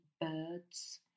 birds